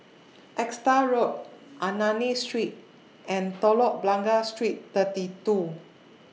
Exeter Road Ernani Street and Telok Blangah Street thirty two